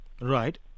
right